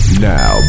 Now